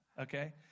okay